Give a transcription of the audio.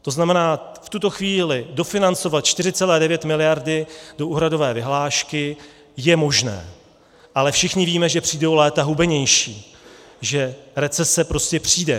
To znamená, v tuto chvíli dofinancovat 4,9 miliardy do úhradové vyhlášky je možné, ale všichni víme, že přijdou léta hubenější, že recese prostě přijde.